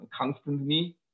constantly